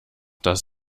das